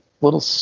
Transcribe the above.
little